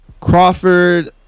Crawford